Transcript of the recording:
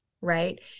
right